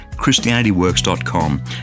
ChristianityWorks.com